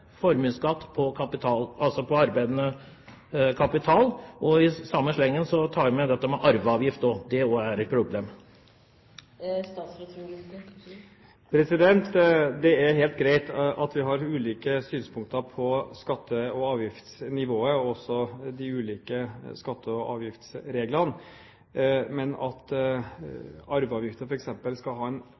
formuesskatt på arbeidende kapital? Og i samme slengen tar jeg med dette med arveavgift, det er også et problem. Det er helt greit at vi har ulike synspunkter på skatte- og avgiftsnivået og også de ulike skatte- og avgiftsreglene, men at arveavgiften f.eks. skal ha en